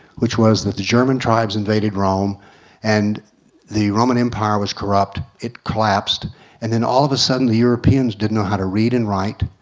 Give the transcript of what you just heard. which was the the german tribes invaded rome and the roman empire was corrupt, it collapsed and then all the sudden the europeans didn't know how to read and write,